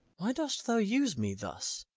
why dost thou use me thus?